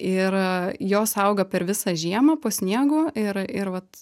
ir jos auga per visą žiemą po sniegu ir ir vat